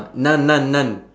noun noun noun